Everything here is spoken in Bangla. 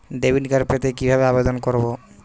ডেবিট কার্ড পেতে কিভাবে আবেদন করব?